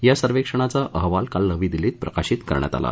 या सर्वेक्षणाचा अहवाल काल नवी दिल्ली इथं प्रकाशित करण्यात आला